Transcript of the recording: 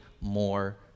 more